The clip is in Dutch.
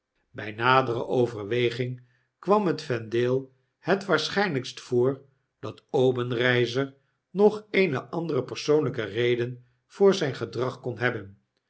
bij nadere overweging kwam het vendale het waarschijnlijkst voor dat obenreizer nog eene andere persoonlijke reden voor zijn gedrag kon hebben